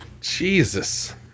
Jesus